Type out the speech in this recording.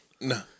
No